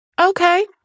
okay